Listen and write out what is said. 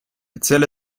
erzähl